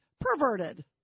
perverted